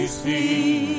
see